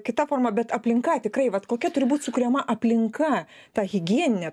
kita forma bet aplinka tikrai vat kokia turi būt sukuriama aplinka ta higieninė